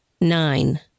nine